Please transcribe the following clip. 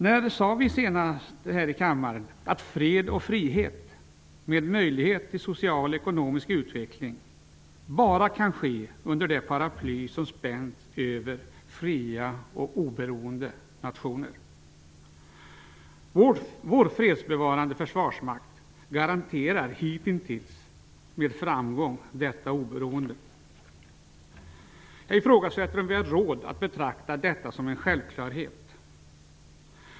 När sade vi senast här i kammaren att fred och frihet, med möjlighet till social och ekonomisk utveckling, bara kan uppnås under det paraply som spänts över fria och oberoende nationer? Vår fredsbevarande försvarsmakt har hitintills med framgång garanterat detta oberoende. Jag ifrågasätter att vi har råd att betrakta detta som en självklarhet.